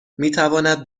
میتواند